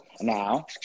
now